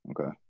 Okay